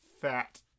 fat